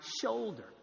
shoulder